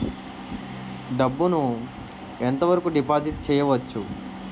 డబ్బు ను ఎంత వరకు డిపాజిట్ చేయవచ్చు?